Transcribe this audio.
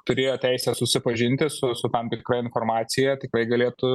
turėjo teisę susipažinti su su tam tikra informacija tikrai galėtų